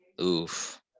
Oof